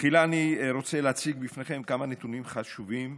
תחילה אני רוצה להציג בפניכם כמה נתונים חשובים: